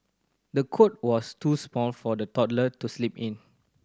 the cot was too small for the toddler to sleep in